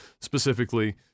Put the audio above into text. specifically